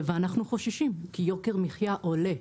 אנחנו חוששים כי יוקר מחייה עולה,